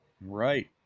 Right